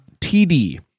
TD